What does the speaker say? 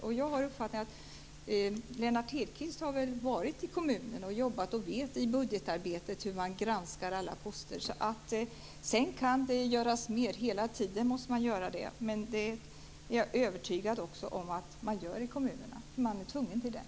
Som jag har uppfattat det har Lennart Hedquist jobbat inom kommunen och vet hur man i budgetarbetet granskar alla poster. Sedan kan det göras mer. Det måste man göra hela tiden. Men jag är övertygad om att man gör detta i kommunerna, eftersom man är tvungen till det.